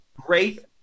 great